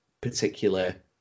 particular